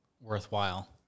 worthwhile